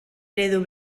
eredu